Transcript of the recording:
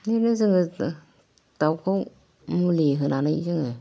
बिदिनो जोङो दावखौ मुलि होनानै जोङो